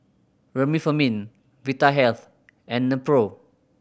Remifemin Vitahealth and Nepro